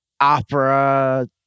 opera